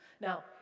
now